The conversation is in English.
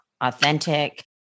authentic